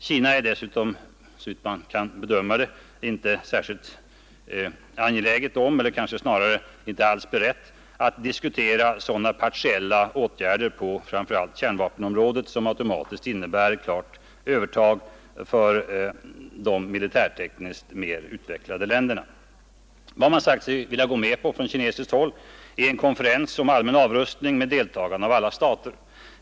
Kina är dessutom över huvud taget inte berett att diskutera sådana partiella åtgärder på t.ex. kärnvapenområdet som automatiskt innebär ett klart övertag för de militärtekniskt mer utvecklade länderna. Vad man sagt sig vilja gå med på från kinesiskt håll är en konferens om allmän avrustning med deltagande av alla stater.